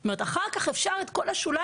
זאת אומרת שאחר כך אפשר את כל השוליים